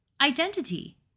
identity